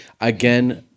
again